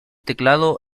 teclado